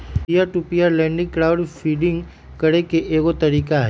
peer to peer lending crowd funding करे के एगो तरीका हई